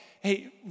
hey